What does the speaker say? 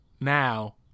now